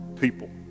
people